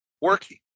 working